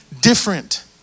different